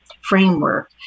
framework